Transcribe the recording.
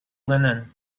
linen